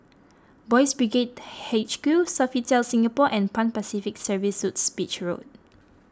Boys' Brigade H Q Sofitel Singapore and Pan Pacific Serviced Suites Beach Road